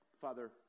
Father